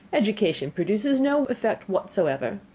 education produces no effect whatsoever.